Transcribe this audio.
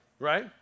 Right